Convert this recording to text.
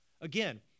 Again